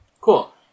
cool